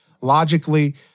logically